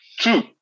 Two